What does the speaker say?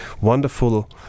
wonderful